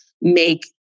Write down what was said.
make